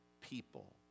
people